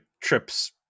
Trip's